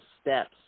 steps